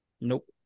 Nope